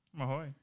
Mahoy